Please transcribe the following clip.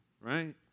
right